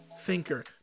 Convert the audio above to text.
thinker